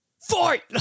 fight